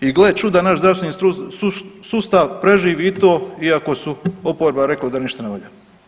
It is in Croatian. I gle čuda, naš zdravstveni sustav preživi i to iako su oporba rekla da ništa ne valja.